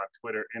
twitter